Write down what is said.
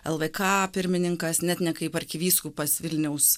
lvk pirmininkas net ne kaip arkivyskupas vilniaus